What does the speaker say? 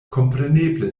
kompreneble